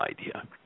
idea